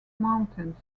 mountains